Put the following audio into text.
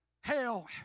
Hell